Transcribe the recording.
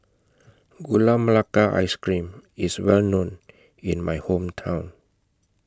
Gula Melaka Ice Cream IS Well known in My Hometown